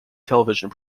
television